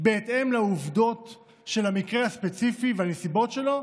בהתאם לעובדות של המקרה הספציפי והנסיבות שלו,